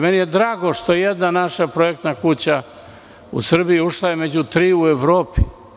Meni je drago što jedna naša projektna firma u Srbiji je ušla u tri u Evropi.